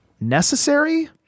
necessary